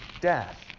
death